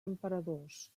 emperadors